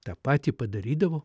tą patį padarydavo